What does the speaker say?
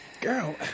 girl